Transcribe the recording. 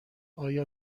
آیا